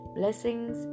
blessings